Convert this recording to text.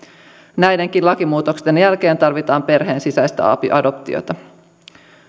näidenkin lakimuutosten jälkeen tarvitaan perheensisäistä adoptiota